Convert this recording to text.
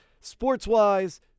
sports-wise